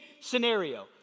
scenario